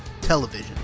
television